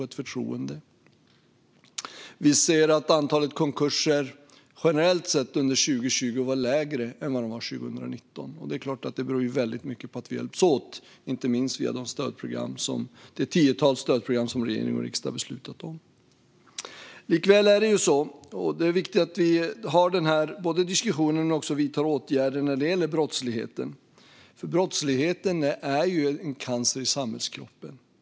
Antalet konkurser var under 2020 generellt sett lägre än under 2019. Det beror förstås mycket på att vi har hjälpts åt, inte minst via det tiotal stödprogram som regering och riksdag beslutat om. Det är viktigt att vi har denna diskussion och vidtar åtgärder mot brottsligheten, för den är en cancer på samhällskroppen.